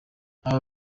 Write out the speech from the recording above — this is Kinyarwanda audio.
aba